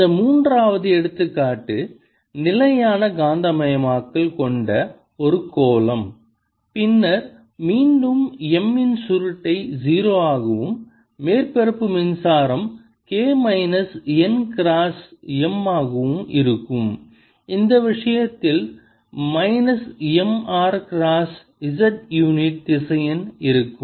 இந்த மூன்றாவது எடுத்துக்காட்டு நிலையான காந்தமயமாக்கல் கொண்ட ஒரு கோளம் பின்னர் மீண்டும் M இன் சுருட்டை 0 ஆகவும் மேற்பரப்பு மின்சாரம் K minus n cross M ஆகவும் இருக்கும் இந்த விஷயத்தில் minus M r cross z யூனிட் திசையன் இருக்கும்